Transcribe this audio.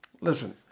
Listen